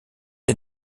est